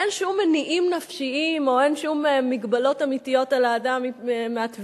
אין שום מניעים נפשיים או אין שום מגבלות אמיתיות על האדם מהתביעה.